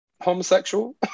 homosexual